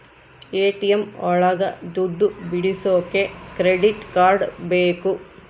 ATM ಒಳಗ ದುಡ್ಡು ಬಿಡಿಸೋಕೆ ಕ್ರೆಡಿಟ್ ಕಾರ್ಡ್ ಬೇಕು